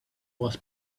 was